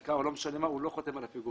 הפסקה או לא משנה מה, הוא לא חותם על הפיגום.